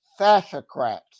fascocrats